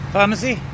Pharmacy